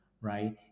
right